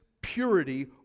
purity